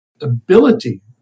ability